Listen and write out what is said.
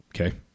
Okay